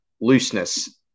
looseness